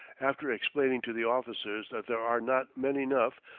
after explaining to the officers that there are not men enough,